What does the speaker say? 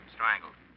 Strangled